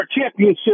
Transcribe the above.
championship